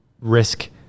risk